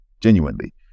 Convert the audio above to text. genuinely